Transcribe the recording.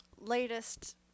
latest